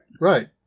Right